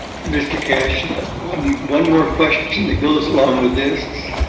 mr keshe yeah one one more question that goes along with this.